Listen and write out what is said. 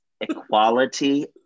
equality